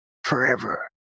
Forever